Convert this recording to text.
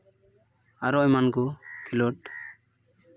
ᱟᱨᱚ ᱮᱢᱟᱱ ᱠᱚ ᱠᱷᱮᱞᱳᱰ